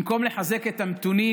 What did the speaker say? במקום לחזק את המתונים,